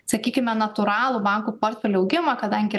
sakykime natūralų bankų portfelio augimą kadangi